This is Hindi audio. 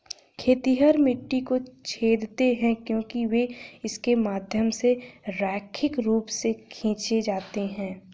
खेतिहर मिट्टी को छेदते हैं क्योंकि वे इसके माध्यम से रैखिक रूप से खींचे जाते हैं